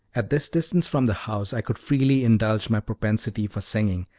at this distance from the house i could freely indulge my propensity for singing,